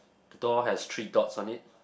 the door has three dots on it